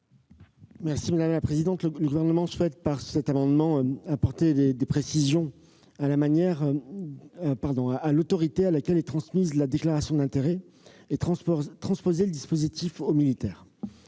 secrétaire d'État. Le Gouvernement souhaite, par cet amendement, apporter des précisions sur l'autorité à laquelle est transmise la déclaration d'intérêts et transposer le dispositif aux militaires.